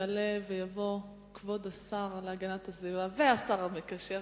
יעלה ויבוא כבוד השר להגנת הסביבה והשר המקשר,